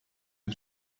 dem